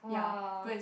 !wah!